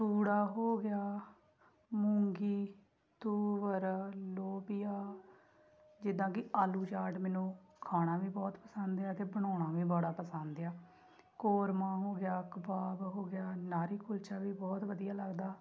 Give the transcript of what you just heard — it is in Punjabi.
ਤੂੜਾ ਹੋ ਗਿਆ ਮੂੰਗੀ ਤੂਵਰ ਲੋਵੀਆ ਜਿੱਦਾਂ ਕਿ ਆਲੂ ਚਾਟ ਮੈਨੂੰ ਖਾਣਾ ਵੀ ਬਹੁਤ ਪਸੰਦ ਆ ਅਤੇ ਬਣਾਉਣਾ ਵੀ ਬੜਾ ਪਸੰਦ ਆ ਕੋਰਮਾ ਹੋ ਗਿਆ ਕਬਾਬ ਹੋ ਗਿਆ ਲਾਰੀ ਕੁਲਚਾ ਵੀ ਬਹੁਤ ਵਧੀਆ ਲੱਗਦਾ